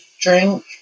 drink